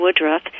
Woodruff